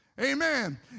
Amen